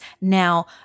Now